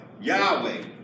Yahweh